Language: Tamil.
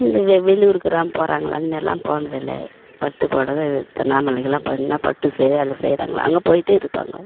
இந்த வெ வெளியூருக்கெலாம் போறாங்கள்லை அந்த மாரிலாம் போனதில்ல பட்டுப்பொடவை திருவண்ணாமலைக்கெலாம் போயிருந்தீங்கனால் பட்டு சேலையெலாம் செய்றாங்களே அங்கே போயிட்டு இருப்பாங்கோ